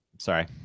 sorry